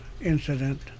incident